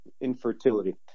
Infertility